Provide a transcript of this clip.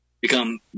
become